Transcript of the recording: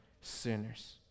sinners